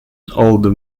older